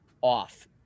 off